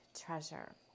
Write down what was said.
treasure